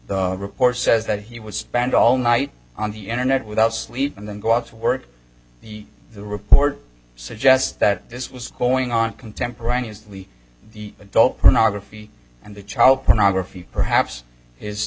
the report says that he would spend all night on the internet without sleep and then go out to work the the report suggests that this was going on contemporaneously the adult pornography and the child pornography perhaps